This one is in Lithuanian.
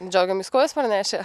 džiaugiamės kojas parnešę